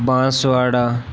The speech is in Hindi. बाँसवाड़ा